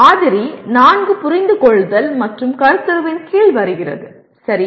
மாதிரி 4 புரிந்துகொள்ளுதல் மற்றும் கருத்துருவின் கீழ் வருகிறது சரியா